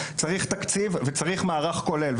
צריך תקציב וצריך מערך כולל.